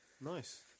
nice